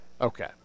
Okay